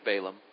Balaam